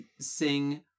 sing